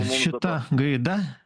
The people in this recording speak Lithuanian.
šita gaida